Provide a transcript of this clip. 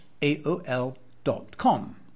aol.com